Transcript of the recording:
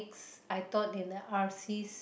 I taught in the R sees